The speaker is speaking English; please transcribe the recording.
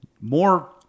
more